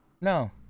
No